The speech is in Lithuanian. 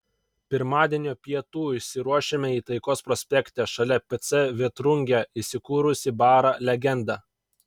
pirmadienio pietų išsiruošėme į taikos prospekte šalia pc vėtrungė įsikūrusį barą legenda